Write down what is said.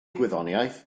gwyddoniaeth